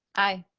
aye.